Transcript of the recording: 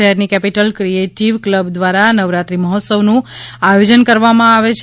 શહેરની capital creative club દ્વારા નવરાત્રી મહોત્સવનું આયોજન કરવામાં આવે છે